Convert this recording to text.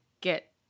get